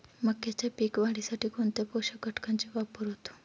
मक्याच्या पीक वाढीसाठी कोणत्या पोषक घटकांचे वापर होतो?